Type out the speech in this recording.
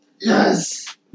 Yes